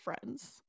friends